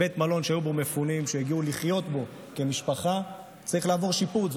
בית מלון שהיו בו מפונים שהגיעו לחיות בו כמשפחה צריך לעבור שיפוץ.